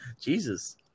Jesus